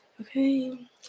okay